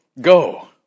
go